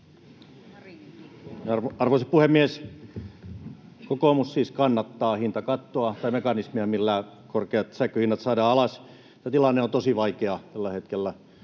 Arvoisa puhemies! Kokoomus siis kannattaa hintakattoa tai mekanismia, millä korkeat sähkönhinnat saadaan alas. Tilanne on tosi vaikea tällä hetkellä.